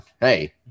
hey